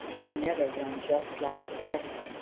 but never one just like this.